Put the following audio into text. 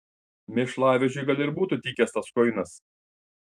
mėšlavežiui gal ir būtų tikęs tas kuinas